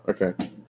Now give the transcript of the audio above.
okay